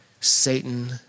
Satan